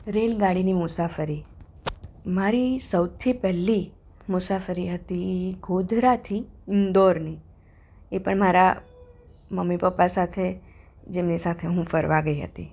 રેલગાડીની મુસાફરી મારી સૌથી પહેલી મુસાફરી હતી એ ગોધરાથી ઈન્દોરની એ પણ મારા મમ્મી પપ્પા સાથે જેમની સાથે હું ફરવા ગઈ હતી